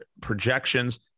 projections